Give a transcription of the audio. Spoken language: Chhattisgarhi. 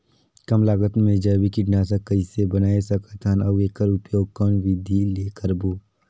कम लागत मे जैविक कीटनाशक कइसे बनाय सकत हन अउ एकर उपयोग कौन विधि ले करबो?